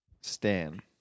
Stan